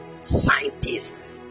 scientists